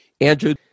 Andrew